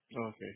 Okay